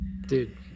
dude